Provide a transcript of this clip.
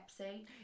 Pepsi